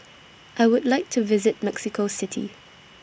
I Would like to visit Mexico City